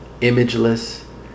imageless